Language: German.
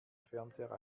fernseher